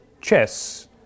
chess